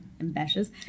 ambitious